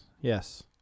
Yes